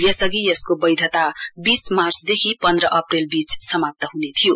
यसअघि यसको बैधता बीस मार्च देखि पन्ध्र अप्रेलबीच समाप्त हुनेथियो